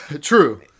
True